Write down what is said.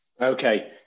Okay